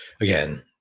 again